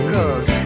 Cause